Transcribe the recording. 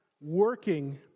working